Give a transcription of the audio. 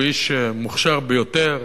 הוא איש מוכשר ביותר,